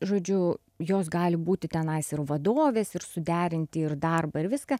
žodžiu jos gali būti tenais ir vadovės ir suderinti ir darbą ir viską